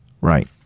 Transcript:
Right